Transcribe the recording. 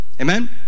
Amen